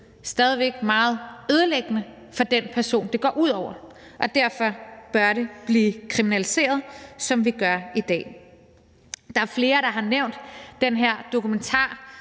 stadig væk meget ødelæggende for den person, det går ud over, og derfor bør det blive kriminaliseret, som vi gør i dag. Der er flere, der har nævnt den her dokumentar,